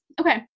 Okay